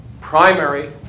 primary